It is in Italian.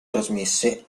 trasmesse